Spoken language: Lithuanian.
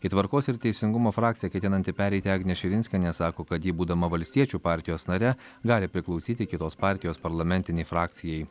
į tvarkos ir teisingumo frakciją ketinanti pereiti agnė širinskienė sako kad ji būdama valstiečių partijos nare gali priklausyti kitos partijos parlamentinei frakcijai